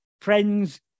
friends